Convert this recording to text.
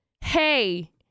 Hey